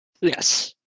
Yes